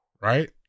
Right